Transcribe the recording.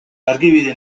argibide